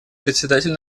председатель